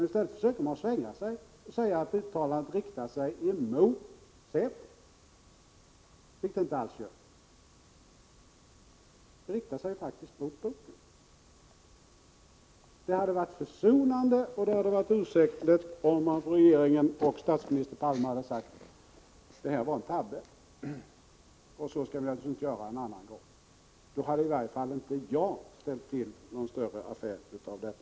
I stället försökte man svänga sig och säga att uttalandet riktade sig mot säpo, vilket det inte alls gjorde. Det riktade sig faktiskt mot boken. Det hade varit försonande och ursäktligt om regeringen och statsminister Palme hade sagt: Det här var en tabbe. Så skall vi naturligtvis inte göra en annan gång. — Då hade i varje fall inte jag gjort någon större affär av detta.